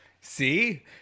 See